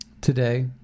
today